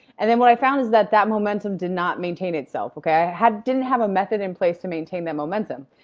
and then what i found is that that momentum did not maintain itself. okay? i didn't have a method in place to maintain that momentum.